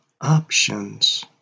options